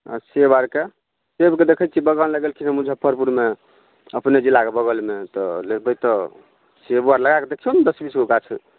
आ सेब आरके सेबके देखैत छी बगान लगेलखिन हँ मुजफ्फरपुरमे अपने जिलाके बगलमे तऽ लेबै तऽ सेबो आर लगाके देखियौ ने दश बीस गो गाछ